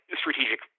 strategic